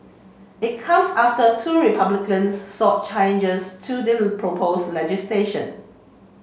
it comes after two Republicans sought changes to the propose legislation